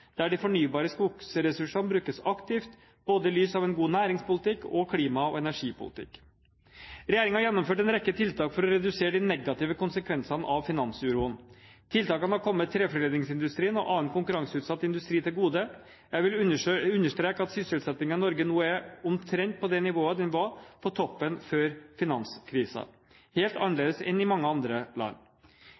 der de fornybare skogressursene brukes aktivt, både i lys av en god næringspolitikk og en klima- og energipolitikk. Regjeringen har gjennomført en rekke tiltak for å redusere de negative konsekvensene av finansuroen. Tiltakene har kommet treforedlingsindustrien og annen konkurranseutsatt industri til gode. Jeg vil understreke at sysselsettingen i Norge nå er omtrent på det nivået den var på toppen, før finanskrisen – helt annerledes enn i mange andre land.